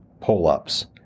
pull-ups